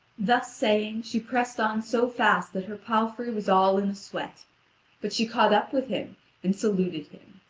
thus saying, she pressed on so fast that her palfrey was all in a sweat but she caught up with him and saluted him.